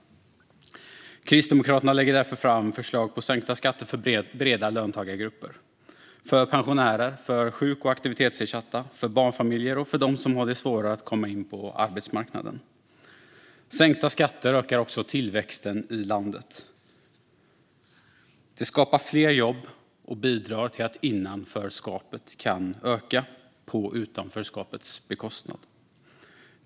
Kristdemokraterna lägger därför fram förslag på sänkta skatter för breda löntagargrupper, för pensionärer, för sjuk och aktivitetsersatta, för barnfamiljer och för dem som har det svårare att komma in på arbetsmarknaden. Sänkta skatter ökar också tillväxten i landet. Det skapar fler jobb och bidrar till att innanförskapet kan öka, på utanförskapets bekostnad.